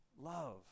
love